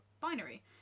binary